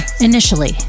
initially